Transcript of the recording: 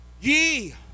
Ye